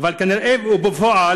אבל כנראה ובפועל,